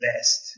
best